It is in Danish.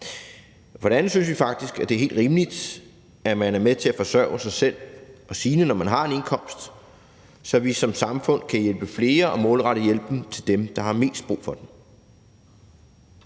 For det andet synes vi faktisk, at det er helt rimeligt, at man er med til at forsørge sig selv og sine, når man har en indkomst, så vi som samfund kan hjælpe flere og målrette hjælpen til dem, der har mest brug for den.